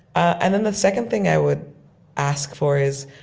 and then the second thing i would ask for is,